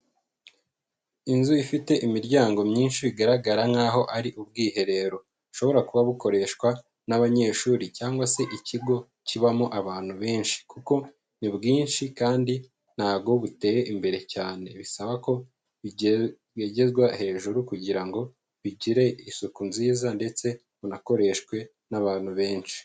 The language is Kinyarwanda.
Inzu ifite imiryango myinshi bigaragara nk'aho ari ubwiherero, bushobora kuba bukoreshwa n'abanyeshuri cyangwa se ikigo kibamo abantu benshi, kuko ni bwinshi kandi ntago buteye imbere cyane, bisaba ko bwegezwa hejuru kugira ngo bigire isuku nziza, ndetse bunakoreshwe n'abantu benshi.